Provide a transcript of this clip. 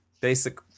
basic